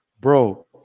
bro